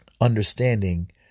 understanding